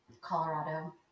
Colorado